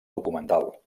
documental